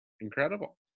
Incredible